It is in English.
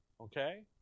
Okay